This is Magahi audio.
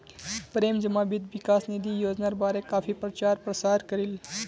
प्रेम जमा वित्त विकास निधि योजनार बारे काफी प्रचार प्रसार करील